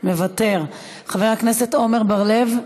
מוותר, חבר הכנסת עמר בר-לב,